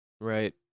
right